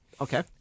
Okay